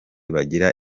bagira